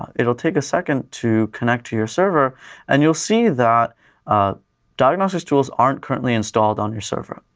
it'll take a second to connect to your server and you'll see that diagnostics tools aren't currently installed on your server.